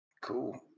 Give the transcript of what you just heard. Cool